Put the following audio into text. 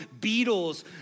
Beatles